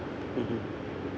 mmhmm